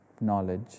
knowledge